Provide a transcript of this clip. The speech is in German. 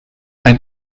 ein